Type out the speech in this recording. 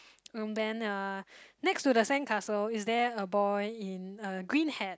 and then uh next to the sand castle is there a boy in a green hat